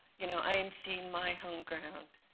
you know i am seeing my home ground